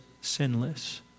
sinless